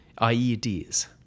IEDs